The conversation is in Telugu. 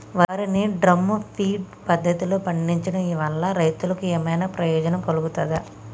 వరి ని డ్రమ్ము ఫీడ్ పద్ధతిలో పండించడం వల్ల రైతులకు ఏమన్నా ప్రయోజనం కలుగుతదా?